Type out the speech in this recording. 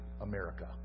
America